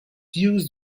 used